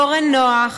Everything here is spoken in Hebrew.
אורן נח,